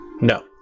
No